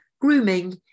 grooming